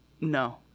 No